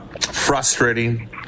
frustrating